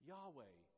Yahweh